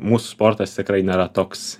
mūsų sportas tikrai nėra toks